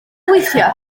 weithiau